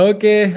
Okay